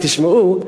שתשמעו,